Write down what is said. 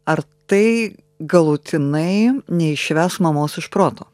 ar tai galutinai neišves mamos iš proto